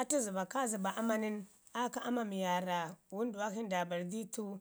Atu zəba kaa zəba ama nən, aa ki ama waarra wənduwak shi nda bari di tu